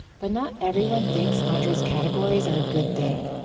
but not everyone thinks andre's categories are a good thing.